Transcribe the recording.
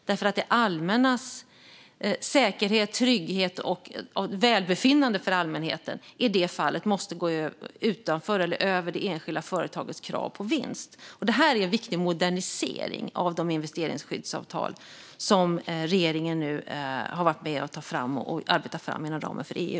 Det allmännas säkerhet, trygghet och välbefinnande måste i det fallet gå före det enskilda företagets krav på vinst. Det är en viktig modernisering av de investeringsskyddsavtal som regeringen nu har varit med om att ha arbetat fram inom ramen för EU.